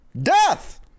Death